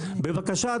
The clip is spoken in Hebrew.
בבקשה,